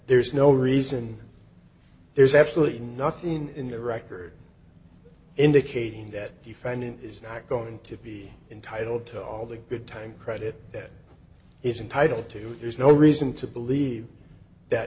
there's no reason there's absolutely nothing in the record indicating that defendant is not going to be entitled to all the good time credit that is in title two there's no reason to believe that